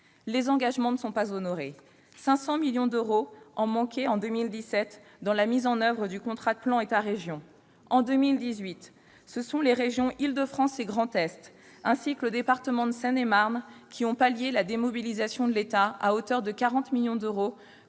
Les engagements ne sont pas honorés : 50 millions d'euros ont manqué en 2017 dans la mise en oeuvre du contrat de plan État-région ; en 2018, ce sont les régions Île-de-France et Grand Est, ainsi que le département de Seine-et-Marne qui ont pallié la démobilisation de l'État à hauteur de 40 millions d'euros